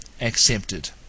accepted